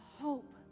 hope